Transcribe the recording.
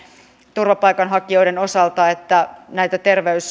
turvapaikanhakijoiden osalta näitä